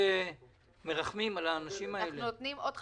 יכול להיות מורות עם משכורות נמוכות ואנחנו אומרים להם,